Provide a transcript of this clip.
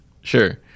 Sure